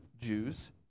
Jews